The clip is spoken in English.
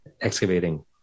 excavating